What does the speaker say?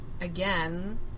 again